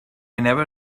never